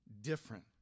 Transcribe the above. different